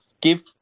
give